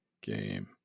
game